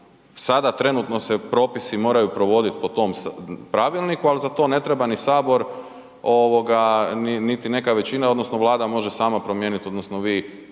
sada trenutno se propisi moraju provoditi po tom pravilniku ali za to ne treba ni Sabor ni neka većina odnosno Vlada može sama promijeniti odnosno vi